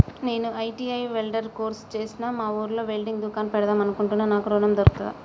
నేను ITI welder course చేశ్న మా ఊర్లో వెల్డింగ్ దుకాన్ పెడదాం అనుకుంటున్నా నాకు ఋణం దొర్కుతదా?